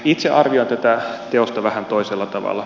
itse arvioin tätä teosta vähän toisella tavalla